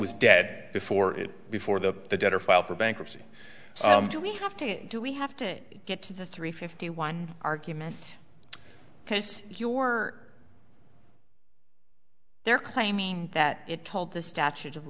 was dead before it before the the debtor filed for bankruptcy so do we have to do we have to get to the three fifty one argument because you were there claiming that it told the statute of